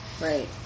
Right